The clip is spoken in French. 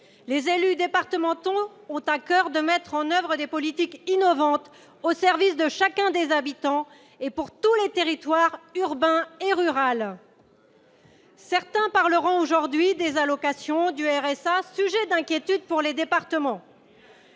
Les élus départementaux ont à coeur de mettre en oeuvre des politiques innovantes, au service de chacun des habitants et pour tous les territoires, urbains et ruraux. Certains parleront aujourd'hui des allocations et du RSA, sujets d'inquiétude pour les départements.